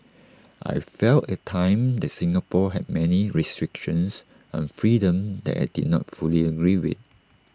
I felt at the time that Singapore had many restrictions on freedom that I did not fully agree with